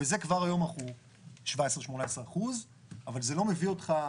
ובזה כבר היום אנחנו 17% 18% אבל זה לא מביא אותך,